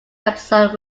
episode